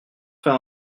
faire